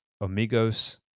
amigos